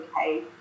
okay